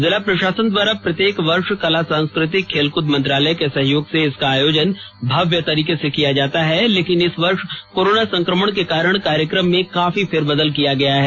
जिला प्रशासन द्वारा प्रत्येक वर्ष कला संस्कृतिक खेलकूद मंत्रालय के सहयोग से इसका आयोजन भव्य तरीके किया जाता है लेकिन इस वर्ष कोरोना संक्रमण के कारण कार्यक्रम में काफी फेरबदल किया गया है